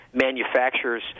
manufacturers